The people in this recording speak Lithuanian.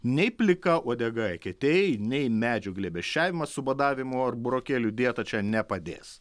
nei plika uodega eketėj nei medžių glėbesčiavimas su badavimu ar burokėlių dieta čia nepadės